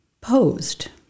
posed